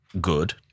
good